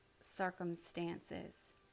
circumstances